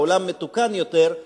בעולם מתוקן יותר,